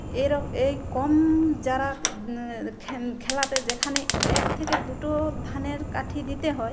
এর এই কম যারা খেলাতে যেখানে এক থেকে দুটো ধানের কাঠি দিতে হয়